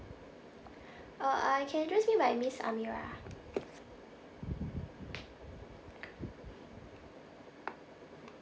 uh uh you can address me by miss amira